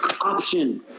option